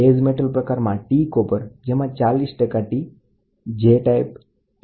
base metal પ્રકારમાં T copper 40 T J E અને K